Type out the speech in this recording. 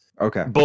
Okay